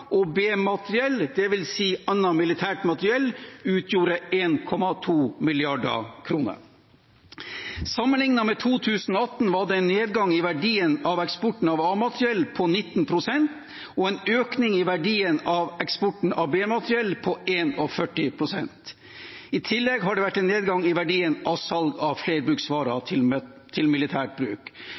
og B-materiell, dvs. annet militært materiell, 1,2 mrd. kr. Sammenlignet med 2018 var det en nedgang i verdien av eksporten av A-materiell på 19 pst. og en økning i verdien av eksporten av B-materiell på 41 pst. I tillegg har det vært en nedgang i verdien av salg av flerbruksvarer til militært bruk.